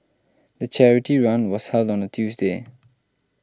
the charity run was held on a Tuesday